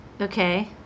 okay